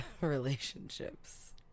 relationships